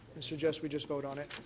and suggest we just vote on it.